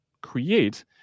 create